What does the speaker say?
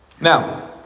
Now